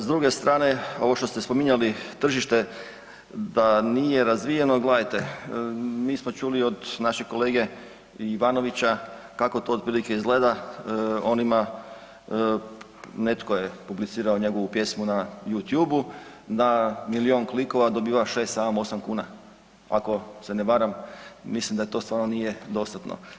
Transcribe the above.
S druge strane, ovo što ste spominjali tržište da nije razvijeno, gledajte, mi smo čuli od našeg kolege Ivanovića kako to otprilike izgleda, on ima, netko je publicirao njegovu pjesmu na Youtubeu, na milijun klikova dobiva 6, 7, 8 kn ako se ne varam, mislim da to stvarno nije dostatno.